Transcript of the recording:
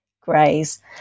Grey's